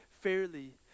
fairly